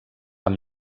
amb